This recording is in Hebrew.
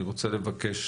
אני רוצה לבקש